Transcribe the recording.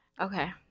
Okay